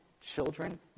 children